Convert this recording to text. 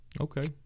Okay